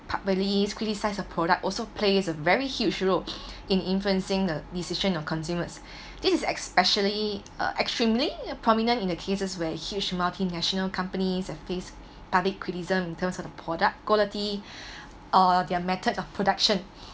publicly criticise a product also plays a very huge role in influencing the decision of consumers this is especially uh extremely prominent in the cases where huge multinational companies have faced public criticism in terms of the product quality or their method of production